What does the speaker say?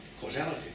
causality